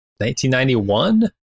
1991